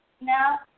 now